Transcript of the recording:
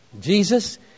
Jesus